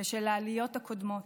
ושל העליות הקודמות.